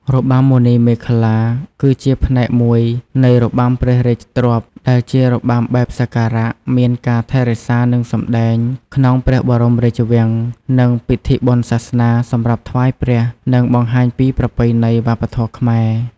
របាំមុនីមាឃលា គឺជាផ្នែកមួយនៃរបាំព្រះរាជទ្រព្យ ដែលជារបាំបែបសក្ការៈ មានការថែរក្សានិងសម្តែងក្នុងព្រះបរមរាជវាំង និងពិធីបុណ្យសាសនា សម្រាប់ថ្វាយព្រះ និងបង្ហាញពីប្រពៃណីវប្បធម៌ខ្មែរ។